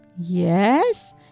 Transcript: Yes